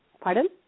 pardon